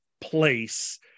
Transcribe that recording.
place